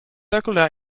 circular